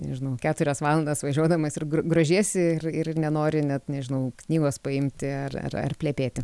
nežinau keturias valandas važiuodamas ir gro grožiesi ir ir nenori net nežinau knygos paimti ar ar ar plepėti